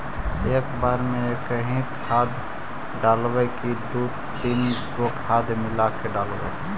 एक बार मे एकही खाद डालबय की दू तीन गो खाद मिला के डालीय?